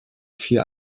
vier